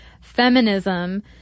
feminism